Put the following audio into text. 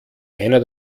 einer